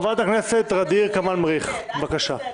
חברת הכנסת ע'דיר כמאל מריח, בבקשה.